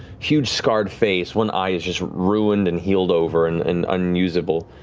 huge scarred face, one eye is just ruined and healed over and and unusable.